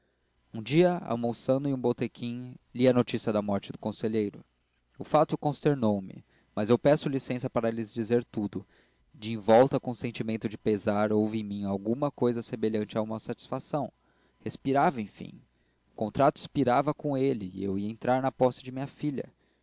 um dia almoçando em um botequim li a notícia da morte do conselheiro o fato consternou me mas eu peço licença para lhes dizer tudo de envolta com o sentimento de pesar houve em mim alguma coisa semelhante a uma satisfação respirava enfim o contrato expirava com ele eu ia entrar na posse de minha filha